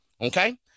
okay